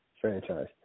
franchise